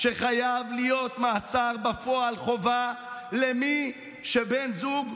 שחייב להיות מאסר בפועל חובה למי שבן זוג,